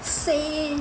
same